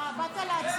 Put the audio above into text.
אה, באת להצהיר?